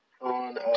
on